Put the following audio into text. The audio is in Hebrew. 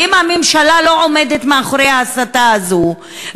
ואם הממשלה לא עומדת מאחורי ההסתה הזאת,